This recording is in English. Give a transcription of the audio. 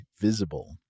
visible